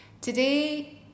Today